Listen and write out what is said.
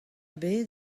bet